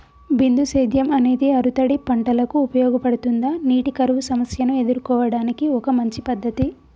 బిందు సేద్యం అనేది ఆరుతడి పంటలకు ఉపయోగపడుతుందా నీటి కరువు సమస్యను ఎదుర్కోవడానికి ఒక మంచి పద్ధతి?